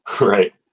Right